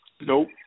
Nope